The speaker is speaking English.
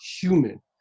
human